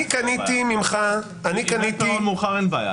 אני קניתי ממך -- אם אין פירעון מאוחר אין בעיה.